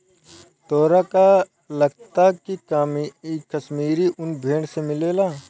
तोहरा का लागऽता की काश्मीरी उन भेड़ से मिलेला